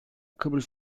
kıbrıs